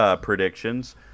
Predictions